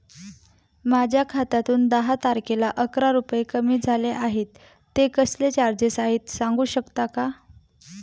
माझ्या खात्यातून दहा तारखेला अकरा रुपये कमी झाले आहेत ते कसले चार्जेस आहेत सांगू शकता का?